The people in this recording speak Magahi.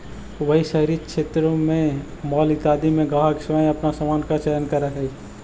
वहीं शहरी क्षेत्रों में मॉल इत्यादि में ग्राहक स्वयं अपने सामान का चयन करअ हई